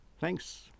Thanks